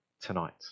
tonight